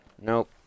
nope